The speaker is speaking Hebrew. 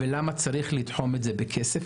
למה צריך לתחום את זה בכסף?